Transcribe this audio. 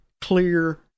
clear